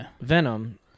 Venom